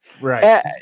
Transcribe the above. Right